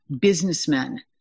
businessmen